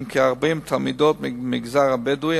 עם כ-40 תלמידות מהמגזר הבדואי,